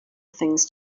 things